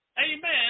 amen